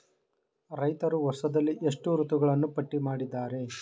ರೈತರು ವರ್ಷದಲ್ಲಿ ಎಷ್ಟು ಋತುಗಳನ್ನು ಪಟ್ಟಿ ಮಾಡಿದ್ದಾರೆ?